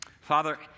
Father